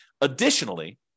Additionally